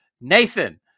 Nathan